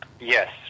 Yes